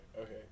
okay